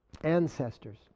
ancestors